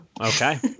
Okay